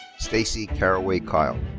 stacey carraway kile.